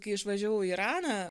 kai išvažiavau į iraną